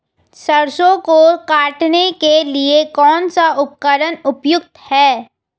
सरसों को काटने के लिये कौन सा उपकरण उपयुक्त है?